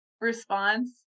response